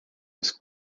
was